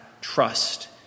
trust